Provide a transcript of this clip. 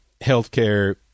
healthcare